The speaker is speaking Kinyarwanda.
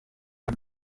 iyo